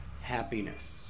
happiness